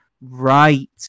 right